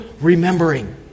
remembering